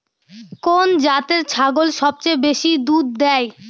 কোন জাতের ছাগল সবচেয়ে বেশি দুধ দেয়?